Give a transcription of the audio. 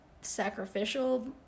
sacrificial